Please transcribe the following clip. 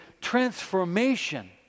transformation